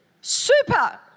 super